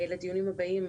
לדיונים הבאים.